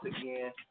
again